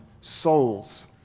souls